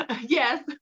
Yes